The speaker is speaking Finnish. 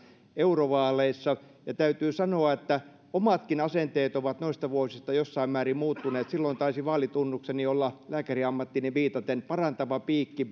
eurovaaleissa ja täytyy sanoa että omatkin asenteeni ovat noista vuosista jossain määrin muuttuneet silloin taisi vaalitunnukseni olla lääkäriammattiini viitaten parantava piikki